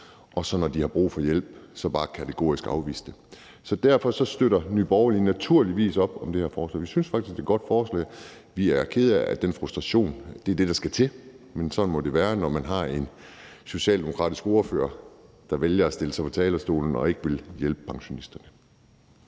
dem, når de har brug for hjælp. Derfor støtter Nye Borgerlige naturligvis op om det her forslag. Vi synes faktisk, det er et godt forslag. Vi er kede af, at den frustration, der er, er det, der skal til, men sådan må det være, når man har en socialdemokratisk ordfører, der vælger at stille sig på talerstolen og sige, at man ikke vil hjælpe pensionisterne.